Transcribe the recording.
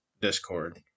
discord